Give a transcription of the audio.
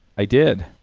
i did.